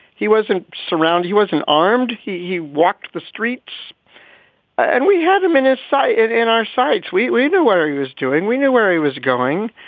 he wasn't surround. he wasn't armed. he he walked the streets and we had him in his sight, in our sights. we we knew what he was doing. we knew where he was going.